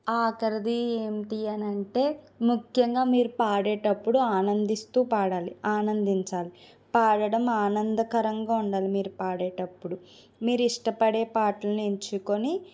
ఆఖరిది ఏంటి అని అంటే ముఖ్యంగా మీరు పాడేటప్పుడు ఆనందిస్తూ పాడాలి ఆనందించాలి పాడటం ఆనందకరంగా ఉండాలి మీరు పాడేటప్పుడు మీరు ఇష్టపడే పాటలని ఎంచుకొని